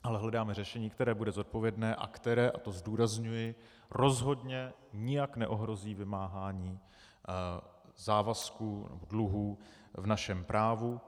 Ale hledáme řešení, které bude zodpovědné a které, a to zdůrazňuji, rozhodně nijak neohrozí vymáhání závazků, dluhů v našem právu.